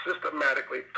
systematically